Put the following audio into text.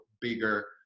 bigger